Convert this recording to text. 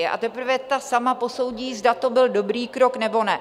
A teprve ta sama posoudí, zda to byl dobrý krok, nebo ne.